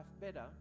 better